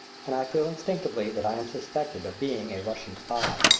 and i feel instinctively that i am suspected of being a russian spy.